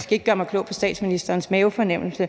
skal ikke gøre mig klog på statsministerens mavefornemmelse,